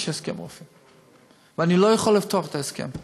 יש הסכם רופאים, ואני לא יכול לפתוח את ההסכם.